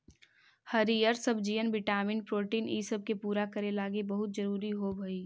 हरीअर सब्जियन vitamin protein ईसब के पूरा करे लागी बहुत जरूरी होब हई